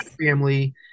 Family